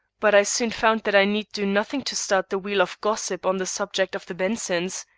but i soon found that i need do nothing to start the wheel of gossip on the subject of the bensons.